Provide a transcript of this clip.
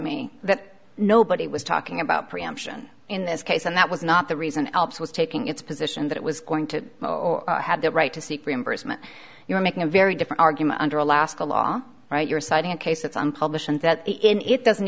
me that nobody was talking about preemption in this case and that was not the reason alpes was taking its position that it was going to have the right to seek reimbursement you're making a very different argument under alaska law right you're citing a case